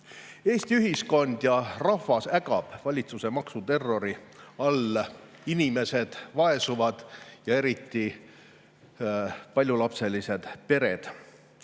kohta. Eesti ühiskond ja rahvas ägab valitsuse maksuterrori all, inimesed vaesuvad, eriti paljulapselised pered.